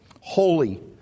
Holy